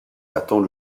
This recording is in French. attend